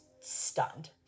stunned